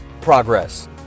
progress